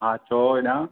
हा चओ अञा